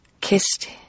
kissed